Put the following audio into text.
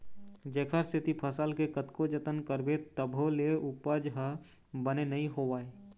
जेखर सेती फसल के कतको जतन करबे तभो ले उपज ह बने नइ होवय